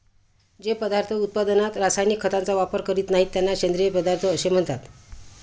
जे पदार्थ उत्पादनात रासायनिक खतांचा वापर करीत नाहीत, त्यांना सेंद्रिय पदार्थ असे म्हणतात